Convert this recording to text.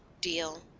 deal